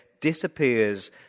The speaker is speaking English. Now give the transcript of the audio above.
disappears